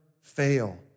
fail